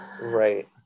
right